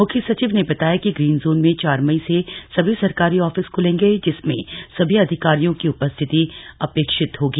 मुख्य सचिव ने बताया कि ग्रीन जोन में चार मई से सभी सरकारी ऑफिस ख्लेंगे जिसमें सभी अधिकारियों की उपस्थिति अपेक्षित होगी